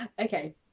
okay